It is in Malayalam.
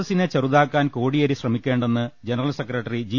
എസിനെ ചെറുതാക്കാൻ കോടിയേരി ശ്രമിക്കേ ണ്ടെന്ന് ജനറൽ സെക്രട്ടറി ജി